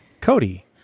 Cody